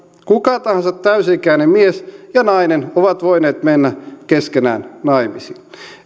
kuka tahansa täysi ikäinen mies ja nainen ovat voineet mennä keskenään naimisiin